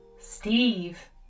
Steve